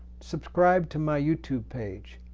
subscribe to my youtube page,